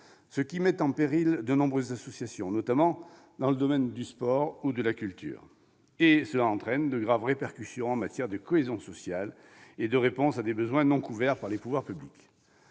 ce qui met en péril de nombreuses associations, notamment dans le domaine du sport et de la culture. Cela entraîne de graves répercussions en matière de cohésion sociale et de réponse à des besoins non couverts par les pouvoirs publics.